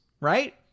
right